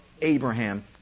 Abraham